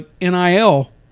NIL